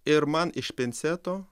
ir man iš pinceto